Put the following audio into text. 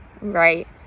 right